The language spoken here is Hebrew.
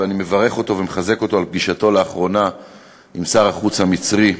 ואני מברך אותו ומחזק אותו על פגישתו לאחרונה עם שר החוץ המצרי,